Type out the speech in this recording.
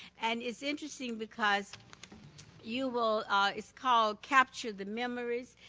and it's interesting because you will ah it's called capture the memories.